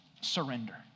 surrender